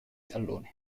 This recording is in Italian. talloni